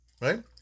right